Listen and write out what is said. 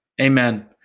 Amen